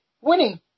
winning